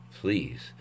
please